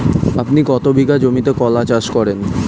আপনি কত বিঘা জমিতে কলা চাষ করেন?